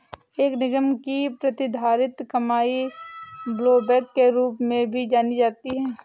एक निगम की प्रतिधारित कमाई ब्लोबैक के रूप में भी जानी जाती है